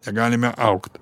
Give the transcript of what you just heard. negalime augt